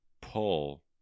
pull